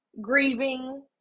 grieving